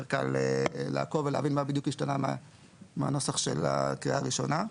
קל לעקוב ולהבין מה בדיוק השתנה מהנוסח של הקריאה הראשונה.